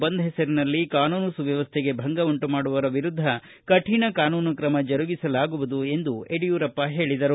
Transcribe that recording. ಬಂದ್ ಹೆಸರಿನಲ್ಲಿ ಕಾನೂನು ಸುವ್ಧವಸ್ಥೆಗೆ ಭಂಗ ಉಂಟು ಮಾಡುವರ ವಿರುದ್ದ ಕತಿಣ ಕಾನೂನು ಕ್ರಮ ಜರುಗಿಸಲಾಗುವುದು ಎಂದು ಯಡಿಯೂರಪ್ಪ ಹೇಳದರು